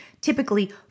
typically